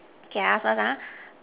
K ah last one ah